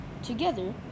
Together